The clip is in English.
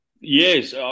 yes